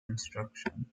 instruction